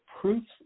proofs